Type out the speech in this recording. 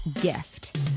gift